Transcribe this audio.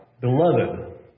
beloved